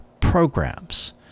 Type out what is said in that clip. programs